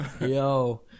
Yo